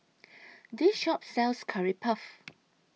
This Shop sells Curry Puff